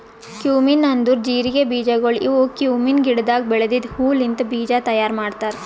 cumin ಅಂದುರ್ ಜೀರಿಗೆ ಬೀಜಗೊಳ್ ಇವು ಕ್ಯುಮೀನ್ ಗಿಡದಾಗ್ ಬೆಳೆದಿದ್ದ ಹೂ ಲಿಂತ್ ಬೀಜ ತೈಯಾರ್ ಮಾಡ್ತಾರ್